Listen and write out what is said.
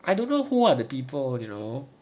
I don't know who are the people you know